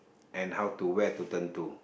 and how to where to turn to